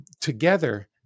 together